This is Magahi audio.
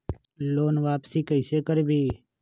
लोन वापसी कैसे करबी?